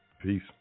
Peace